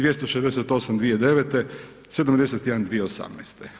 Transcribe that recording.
268 - 2009., 71 - 2018.